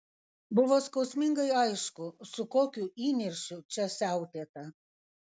buvo skausmingai aišku su kokiu įniršiu čia siautėta